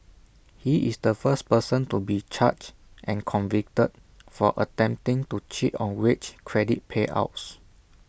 he is the first person to be charged and convicted for attempting to cheat on wage credit payouts